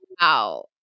Wow